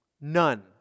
none